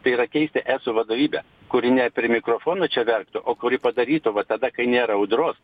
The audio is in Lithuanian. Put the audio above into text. tai yra keisti eso vadovybę kuri ne prie mikrofono čia verktų o kuri padarytų va tada kai nėra audros